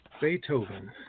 Beethoven